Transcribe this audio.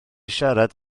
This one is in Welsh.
siarad